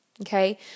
Okay